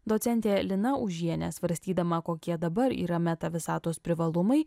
docentė lina užienė svarstydama kokie dabar yra meta visatos privalumai